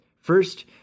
First